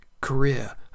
career